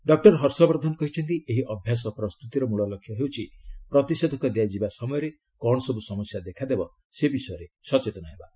doctor Harshvardhan କହିଛନ୍ତି ଏହି ଅଭ୍ୟାସ ପ୍ରସ୍ତୁତିର ମୂଳ ଲକ୍ଷ୍ୟ ହେଉଛି ପ୍ରତିଷେଧକ ଦିଆଯିବା ସମୟରେ କ'ଣ ସବ୍ ସମସ୍ୟା ଦେଖାଦେବ ସେ ବିଷୟରେ ସଚେତନ ହେବା